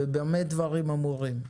ובמה דברים אמורים: